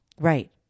Right